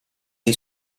dei